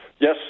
Yes